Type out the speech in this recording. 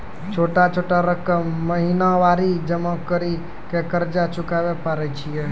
छोटा छोटा रकम महीनवारी जमा करि के कर्जा चुकाबै परए छियै?